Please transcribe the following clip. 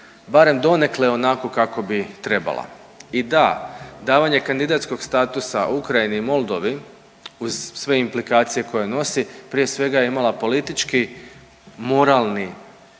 barem donekle onako kako bi trebala. I da, davanje kandidacijskog statusa Ukrajini i Moldovi uz sve implikacije koje nosi prije svega je imala politički, moralni